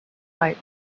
fight